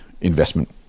investment